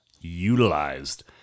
Utilized